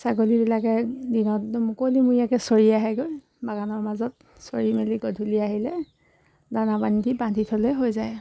ছাগলীবিলাকে দিনত একদম মুকলিমূৰীয়াকৈ চৰি আহেগৈ বাগানৰ মাজত চৰি মেলি গধূলি আহিলে দানা পানী দি বান্ধি থ'লে হৈ যায়